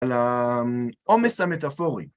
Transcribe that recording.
על העומס המטאפורי.